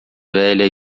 velha